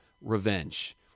revenge